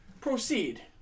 Proceed